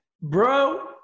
bro